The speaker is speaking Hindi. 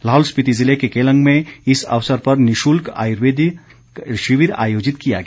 लाहौल स्पीति ज़िले के केलंग में इस अवसर पर निशुल्क आयुर्वेदिक शिविर आयोजित किया गया